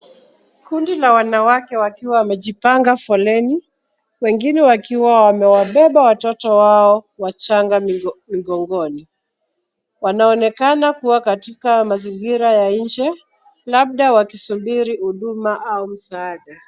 Kundi la wanawake wakiwa wamejipanga foleni, wengine wakiwa wamewabeba watoto wao wachanga migongoni. Wanaonekana kuwa katika mazingira ya nje labda wakisubiri huduma au msaada.